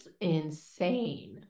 insane